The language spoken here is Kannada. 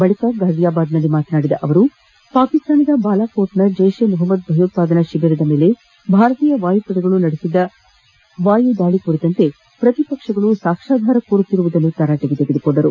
ಬಳಿಕ ಫಾಜಿಯಾಬಾದ್ನಲ್ಲಿ ಮಾತನಾಡಿದ ನರೇಂದ್ರ ಮೋದಿ ಪಾಕಿಸ್ತಾನದ ಬಾಲಾಕೋಟ್ನ ಜೈಷ್ ಎ ಮೊಪಮ್ಮದ್ ಭಯೋತ್ಪಾದನಾ ಶಿಬಿರದ ಮೇಲೆ ಭಾರತೀಯ ವಾಯುಪಡೆಗಳು ನಡೆಸಿದ ವಾಯುದಾಳಿ ಕುರಿತಂತೆ ಪ್ರತಿಪಕ್ಷಗಳು ಸಾಕ್ಷ್ಮ ಕೋರುತ್ತಿರುವುದನ್ನು ತರಾಟೆಗೆ ತೆಗೆದುಕೊಂಡರು